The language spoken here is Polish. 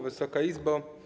Wysoka Izbo!